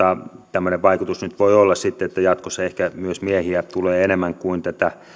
tämmöinen vaikutus nyt voi olla sitten että jatkossa ehkä myös miehiä tulee enemmän kun tätä